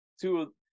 two